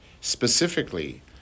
specifically